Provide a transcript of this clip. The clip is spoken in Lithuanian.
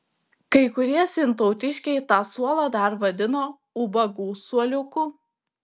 kai kurie sintautiškiai tą suolą dar vadino ubagų suoliuku